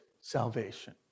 salvation